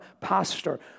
pastor